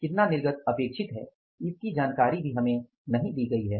कितना निर्गत अपेक्षित है इसकी जानकारी भी हमें नहीं दी गई है